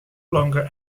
longer